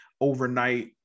overnight